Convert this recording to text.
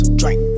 drink